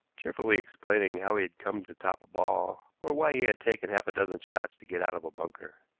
cheerfully explaining how he had come to top a ball, or why he had taken half a dozen shots to get out of a bunker.